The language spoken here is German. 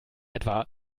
etwa